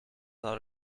lot